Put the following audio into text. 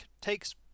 takes